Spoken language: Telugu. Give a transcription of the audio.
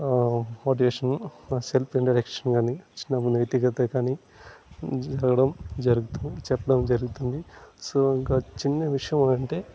మోటివేషను నా సెల్ఫ్ ఇంట్రడక్షన్ కానీ నా నైతికత కానీ జరగడం జరుగుతుం నా చెప్పడం జరుగుతుంది సో ఇక చిన్న విషయం అంటే